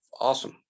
Awesome